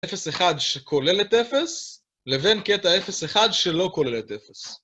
אפס אחד שכולל את אפס, לבין קטע אפס אחד שלא כולל את אפס.